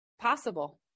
possible